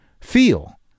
feel